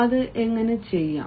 അത് എങ്ങനെ ചെയ്യാം